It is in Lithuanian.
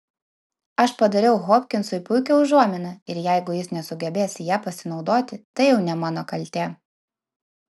aš padariau hopkinsui puikią užuominą ir jeigu jis nesugebės ja pasinaudoti tai jau ne mano kaltė